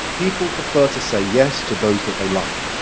people prefer to say yes to those that they like.